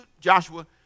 Joshua